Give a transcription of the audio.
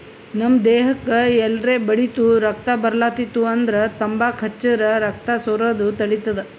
ನಮ್ ದೇಹಕ್ಕ್ ಎಲ್ರೆ ಬಡ್ದಿತ್ತು ರಕ್ತಾ ಬರ್ಲಾತಿತ್ತು ಅಂದ್ರ ತಂಬಾಕ್ ಹಚ್ಚರ್ ರಕ್ತಾ ಸೋರದ್ ತಡಿತದ್